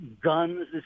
guns